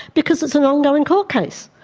because it's an ongoing court case.